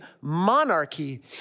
monarchy